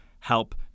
help